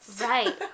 Right